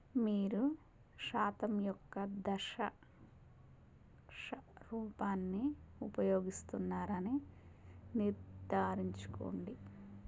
మీరు శాతం యొక్క దష శ రూపాన్ని ఉపయోగిస్తున్నారని నిర్ధారించుకోండి